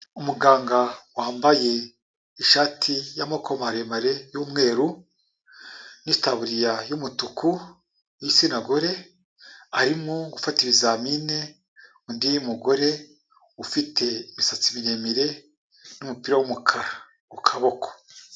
Umuganga wambaye ishati y'amaboko maremare y'umweru n'itaburiya y'umutuku w'igitsina gore, arimo gufata ibizamini undi mugore ufite imisatsi miremire n'umupira w'umukara ku kaboko.